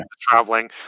traveling